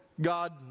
God